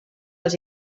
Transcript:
els